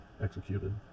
executed